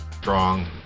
Strong